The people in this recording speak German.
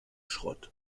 schrott